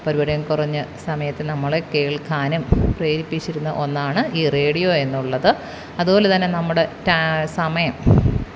പരിപാടിയും കുറഞ്ഞ് സമയത്ത് നമ്മളെ കേള്ക്കാനും പ്രേരിപ്പിച്ചിരുന്ന ഒന്നാണ് ഈ റേഡിയോയെന്നുള്ളത് അതുപോലെ തന്നെ നമ്മുടെ റ്റാ സമയം